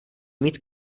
mít